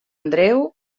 andreu